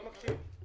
נו?